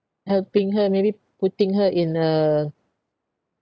helping her maybe putting her in a